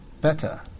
better